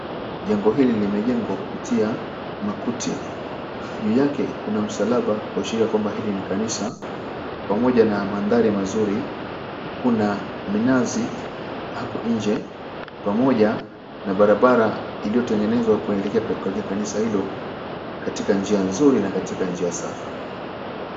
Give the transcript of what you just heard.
Jengo hili limejengwa kupitia makuti. Juu yake kuna msalaba kuashiria kwamba hili ni kanisa pamoja na maadhari mazuri. Kuna minazi hapo nje pamoja na barabara ilitengenezwa kuelekea katika kanisa hilo katika njia nzuri na katika njia safi.